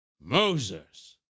Moses